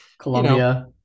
Colombia